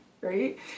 right